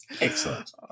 Excellent